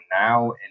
now